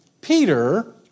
Peter